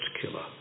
killer